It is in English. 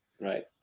Right